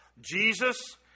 Jesus